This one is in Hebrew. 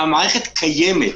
המערכת קיימת,